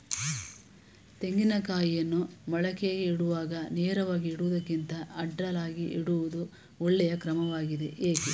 ತೆಂಗಿನ ಕಾಯಿಯನ್ನು ಮೊಳಕೆಗೆ ಇಡುವಾಗ ನೇರವಾಗಿ ಇಡುವುದಕ್ಕಿಂತ ಅಡ್ಡಲಾಗಿ ಇಡುವುದು ಒಳ್ಳೆಯ ಕ್ರಮವಾಗಿದೆ ಏಕೆ?